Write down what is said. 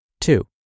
Two